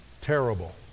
terrible